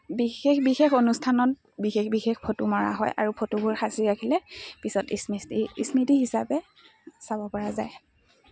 বিশেষ বিশেষ অনুষ্ঠানত বিশেষ বিশেষ ফটো মৰা হয় আৰু ফটোবোৰ সাঁচি ৰাখিলে পিছত স্মৃতি স্মৃতি হিচাপে চাব পৰা যায়